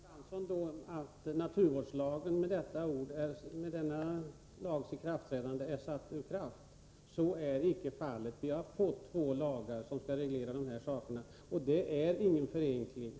Herr talman! Menar Jan Fransson då att naturvårdslagen i och med denna lags ikraftträdande är satt ur kraft? Så är icke fallet. Vi har fått två lagar som skall reglera dessa saker, och det är ingen förenkling.